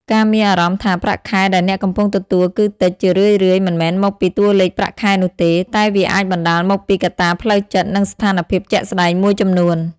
ការមានអារម្មណ៍ថា ប្រាក់ខែដែលអ្នកកំពុងទទួលគឺតិច ជារឿយៗមិនមែនមកពីតួលេខប្រាក់ខែនោះទេ តែវាអាចបណ្ដាលមកពីកត្តាផ្លូវចិត្ត និងស្ថានភាពជាក់ស្ដែងមួយចំនួន។